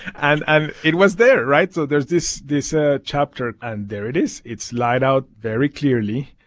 and and it was there, right? so there's this this ah chapter, and there it is. it's laid out very clearly,